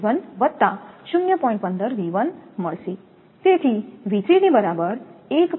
15V1 મળશે તેથી V3 ની બરાબર 1